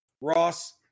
Ross